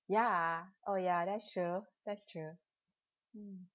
ya oh ya that's true that's true mm